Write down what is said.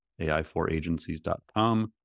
AI4Agencies.com